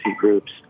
groups